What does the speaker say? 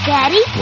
Daddy